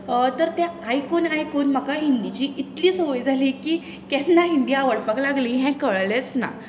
तर ते आयकून आयकून म्हाका हिंदीची इतली संवय जाली की केन्ना हिंदी आवडपाक लागली हें कळ्ळेंच ना